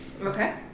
Okay